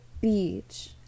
beach